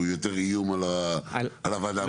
הוא יותר איום על הוועדה המחוזית.